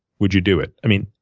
would you do it? i mean,